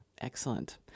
Excellent